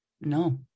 No